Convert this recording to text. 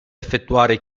effettuare